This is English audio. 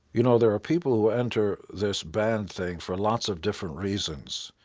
you know there are people who enter this band thing for lots of different reasons,